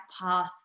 path